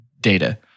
Data